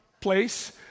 place